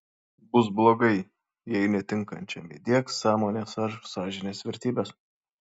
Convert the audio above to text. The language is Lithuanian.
bus blogai jei netikinčiam įdiegs sąmonės ir sąžinės vertybes